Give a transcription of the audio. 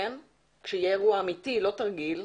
כשיהיה אירוע אמיתי, לא תרגיל,